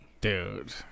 Dude